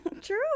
True